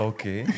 Okay